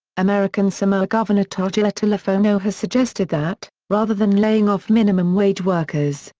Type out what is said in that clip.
american samoa governor togiola tulafono has suggested that, rather than laying off minimum wage workers,